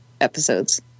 episodes